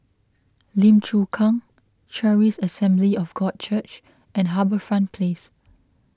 Lim Chu Kang Charis Assembly of God Church and HarbourFront Place